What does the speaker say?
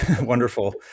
Wonderful